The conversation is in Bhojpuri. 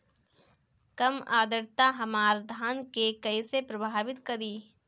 कम आद्रता हमार धान के कइसे प्रभावित करी?